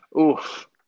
Oof